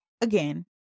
again